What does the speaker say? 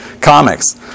comics